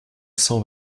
cent